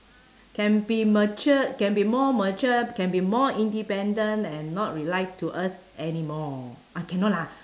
can be matured can be more matured can be more independent and not rely to us anymore ah cannot lah